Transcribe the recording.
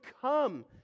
come